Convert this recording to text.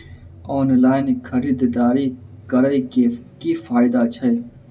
Online खरीददारी करै केँ की फायदा छै?